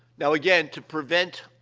now, again, to prevent,